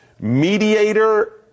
mediator